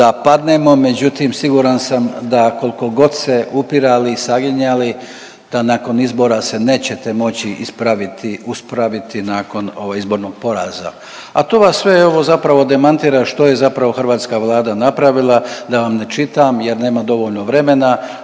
Međutim, siguran sam da koliko god se upirali, saginjali da nakon izbora se nećete moći ispraviti, uspraviti nakon ovog izbornog poraza a to vas sve evo zapravo demantira što je zapravo hrvatska Vlada napravila da vam ne čitam jer nema dovoljno vremena,